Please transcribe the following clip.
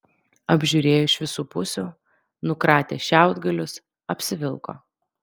apžiūrėjo iš visų pusių nukratė šiaudgalius apsivilko